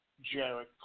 Jared